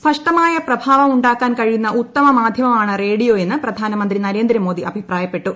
സ്പഷ്ടമായ പ്രഭാവം ഉണ്ടാക്കാൻ കഴിയുന്ന ഉത്തമ മാധ്യമമാണ് റേഡിയോയെന്ന് പ്രധാനമന്ത്രി നരേന്ദ്രമോദി അഭിപ്രായപ്പെട്ടു